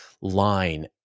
line